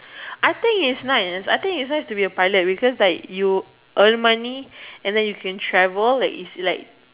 I think is nice I think is nice to be a pilot because like you earn money and then you can travel like is like